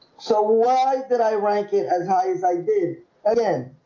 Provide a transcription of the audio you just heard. so why did i rank it as high as i did again?